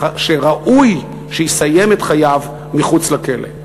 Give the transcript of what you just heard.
שראוי שיסיים את חייו מחוץ לכלא.